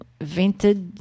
vintage